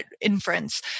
inference